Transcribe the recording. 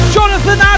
Jonathan